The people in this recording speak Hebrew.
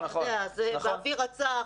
זה באוויר הצח,